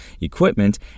equipment